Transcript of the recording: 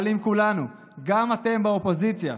אבל אם כולנו, גם אתם באופוזיציה,